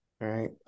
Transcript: right